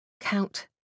count